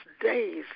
days